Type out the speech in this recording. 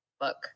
book